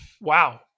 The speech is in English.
Wow